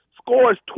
scores